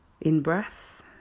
in-breath